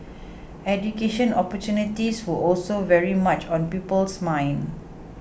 education opportunities were also very much on people's minds